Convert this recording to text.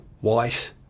white